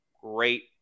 great